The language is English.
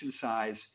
size